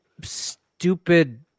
stupid